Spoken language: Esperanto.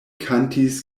kantis